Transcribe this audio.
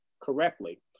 correctly